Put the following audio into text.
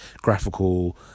graphical